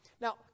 Now